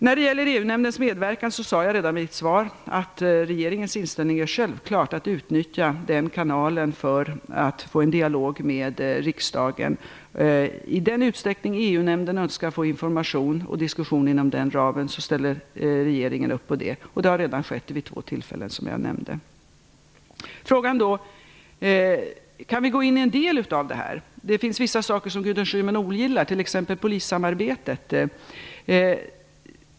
När det gäller EU-nämndens medverkan sade jag redan i mitt svar att regeringens inställning självfallet är att man skall utnyttja den kanalen för att få en dialog med riksdagen. I den utsträckning EU-nämnden önskar få information och diskussion inom den ramen ställer regeringen upp på det, vilket redan har skett vid två tillfällen som jag nämnde. Kan vi gå in i en del av avtalet? Det finns vissa saker som Gudrun Schyman ogillar, t.ex. polissamarbetet.